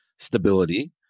stability